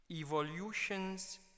Evolutions